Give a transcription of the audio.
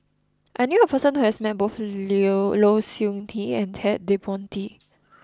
I knew a person who has met both Low Siew Nghee and Ted De Ponti